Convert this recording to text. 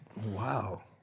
Wow